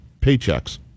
paychecks